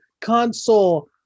console